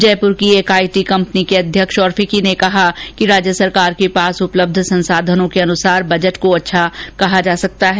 जयपुर की एक IT company के अध्यक्ष और फिक्की ने कहा कि राज्य सरकार के पास उपलब्ध संसाधनों के अनुसार बजट को अच्छा कहा जा सकता है